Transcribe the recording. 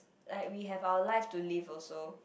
like we have our life to live also